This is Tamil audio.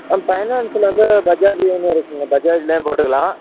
ஃபைனான்ஸ்சில் வந்து பஜாஜ்ஜூ ஒன்று இருக்குதுங்க பஜாஜ்லேயும் போட்டுக்கலாம்